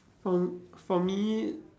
from for me